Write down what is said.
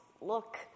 look